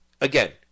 again